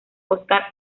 óscar